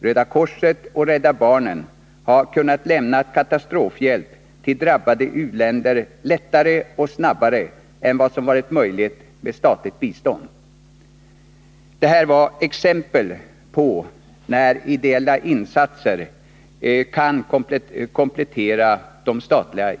Röda korset och Rädda barnen har kunnat lämna katastrofhjälp till drabbade u-länder lättare och snabbare än vad som varit möjligt med statligt bistånd. Det här är exempel på hur ideella insatser kan komplettera de statliga.